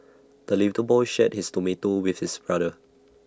the little boy shared his tomato with his brother